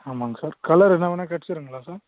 ஆமாங்க sir colour என்ன வேணா கிடச்சிருங்களா சார்